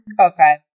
Okay